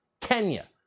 Kenya